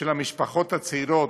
של המשפחות הצעירות,